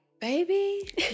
baby